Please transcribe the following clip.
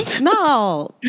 No